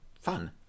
fun